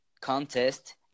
contest